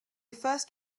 first